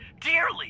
dearly